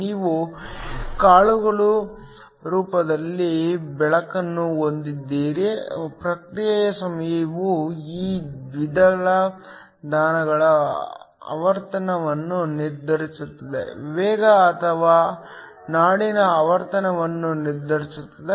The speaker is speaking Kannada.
ನೀವು ಕಾಳುಗಳ ರೂಪದಲ್ಲಿ ಬೆಳಕನ್ನು ಹೊಂದಿದ್ದರೆ ಪ್ರತಿಕ್ರಿಯೆ ಸಮಯವು ಈ ದ್ವಿದಳ ಧಾನ್ಯಗಳ ಆವರ್ತನವನ್ನು ನಿರ್ಧರಿಸುತ್ತದೆ ವೇಗ ಅಥವಾ ನಾಡಿಯ ಆವರ್ತನವನ್ನು ನಿರ್ಧರಿಸುತ್ತದೆ